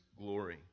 glory